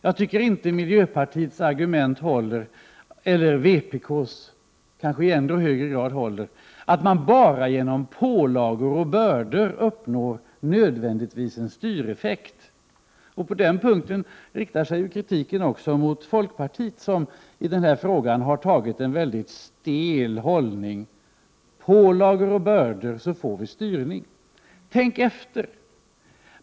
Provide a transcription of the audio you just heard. Jag tycker inte att miljöpartiets, eller ännu mindre vpk:s, argument håller, att man enbart genom pålagor och bördor nödvändigtvis uppnår en styreffekt. På den punkten riktar sig kritiken även mot folkpartiet, som i denna fråga har intagit en mycket stel hållning, nämligen att om man inför pålagor och bördor så får man styrning. Tänk efter!